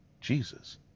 Jesus